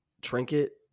trinket